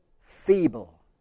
feeble